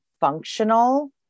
functional